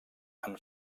amb